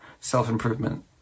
self-improvement